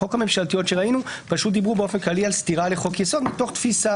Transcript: החוק הממשלתיות שראינו - דיברו באופן כללי על סתירה לחוק יסוד מתוך תפיסה